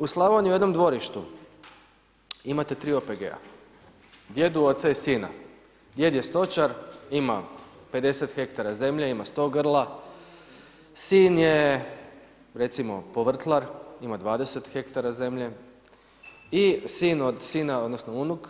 U Slavoniji u jednom dvorištu imate 3 OPG-a, djeda, oca i sina, djede je stočar, ima 50 hektara zemlje, ima 100 grla, sin je recimo povrtlar, ima 20 hektara zemlje i sin od sina, odnosno, unuk,